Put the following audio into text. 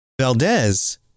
Valdez